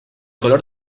color